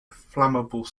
flammable